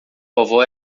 vovó